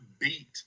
beat